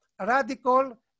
radical